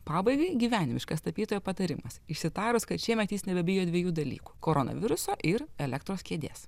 pabaigai gyvenimiškas tapytojo patarimas išsitarus kad šiemet jis nebebijo dviejų dalykų koronaviruso ir elektros kėdės